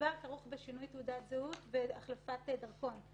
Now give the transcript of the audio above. הדבר כרוך בשינוי תעודת זהות והחלפת דרכון,